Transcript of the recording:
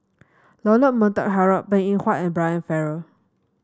Leonard Montague Harrod Png Eng Huat and Brian Farrell